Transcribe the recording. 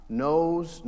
knows